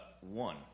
one